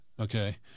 okay